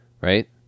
right